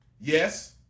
yes